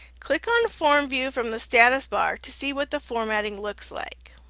click on form view from the status bar to see what the formatting looks like.